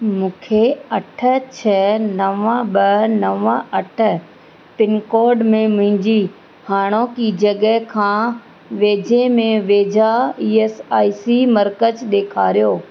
मूंखे अठ छ नव ॿ नव अठ पिनकोड में मुंहिंजी हाणोकि जॻह खां वेझे में वेझा ई एस आई सी मर्कज ॾेखारियो